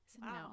no